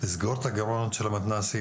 לסגור את הגירעון של המתנ"סים,